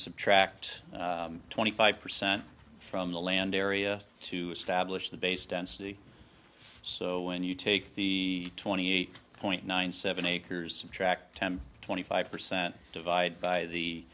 subtract twenty five percent from the land area to establish the base density so when you take the twenty eight point nine seven acres of track ten twenty five percent divide by the